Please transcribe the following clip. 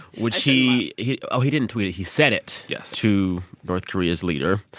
which he he oh, he didn't tweet it. he said it. yes. to north korea's leader.